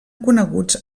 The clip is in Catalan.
coneguts